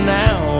now